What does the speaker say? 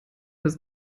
ist